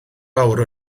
awr